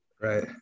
Right